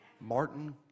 Martin